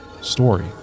story